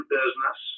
business